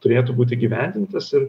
turėtų būti įgyvendintas ir